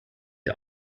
der